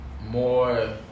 more